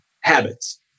habits